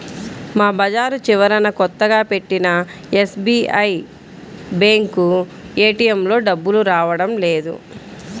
మా బజారు చివరన కొత్తగా పెట్టిన ఎస్బీఐ బ్యేంకు ఏటీఎంలో డబ్బులు రావడం లేదు